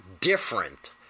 different